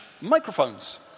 microphones